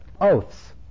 oaths